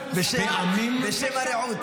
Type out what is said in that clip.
בשם הרעות.